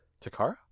Takara